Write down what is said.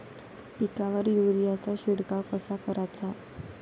पिकावर युरीया चा शिडकाव कसा कराचा?